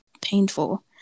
painful